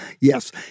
Yes